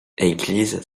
église